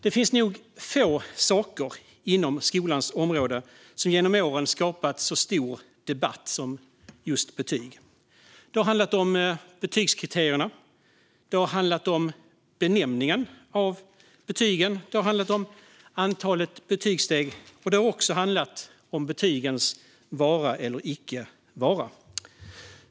Det finns nog få saker inom skolans område som genom åren skapat så stor debatt som just betyg. Det har handlat om betygskriterierna. Det har handlat om benämningen av betygen och om antalet betygssteg. Det har också handlat om betygens vara eller icke vara.